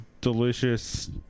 Delicious